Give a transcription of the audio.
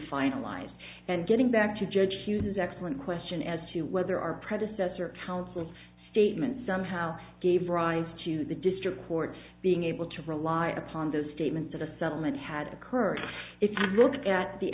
finalized and getting back to judge hughes is excellent question as to whether our predecessor counsel statement somehow gave rise to the district court being able to rely upon the statement that a settlement had occurred if you look at the